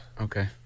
Okay